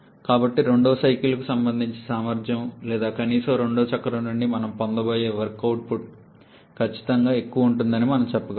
కాబట్టి రెండవ సైకిల్కు సంబంధించిన సామర్థ్యం లేదా కనీసం రెండవ చక్రం నుండి మనం పొందబోయే వర్క్ అవుట్పుట్ ఖచ్చితంగా ఎక్కువగా ఉంటుందని మనం చెప్పగలం